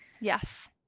Yes